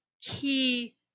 key